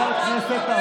אשתך, טרפה.